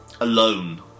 Alone